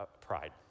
pride